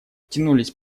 тянулись